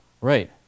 Right